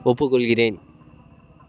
ஒப்புக்கொள்கிறேன்